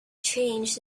changed